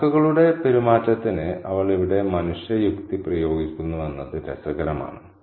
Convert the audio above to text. കാക്കകളുടെ പെരുമാറ്റത്തിന് അവൾ ഇവിടെ മനുഷ്യ യുക്തി പ്രയോഗിക്കുന്നുവെന്നത് രസകരമാണ്